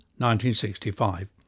1965